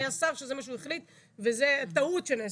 היה שר שזה מה שהוא החליט וזה טעות שנעשתה.